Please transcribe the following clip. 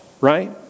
right